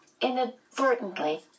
inadvertently